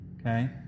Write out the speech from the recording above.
Okay